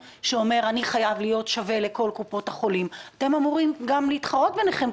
אין איזה כלל משמים שברגע שקופת חולים אחרת גובה 30 שקלים בגין שירות,